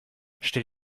stell